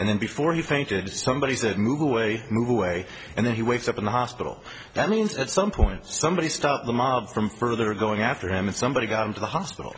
and then before he fainted somebody said move away move away and then he wakes up in the hospital that means at some point somebody stopped the mob from further going after him and somebody got him to the hospital